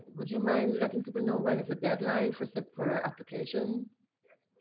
would you mind letting people know when is the deadline for so for applications? yes,